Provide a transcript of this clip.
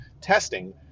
testing